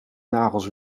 nagels